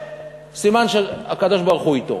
סימן שהקדוש-ברוך-הוא אתו,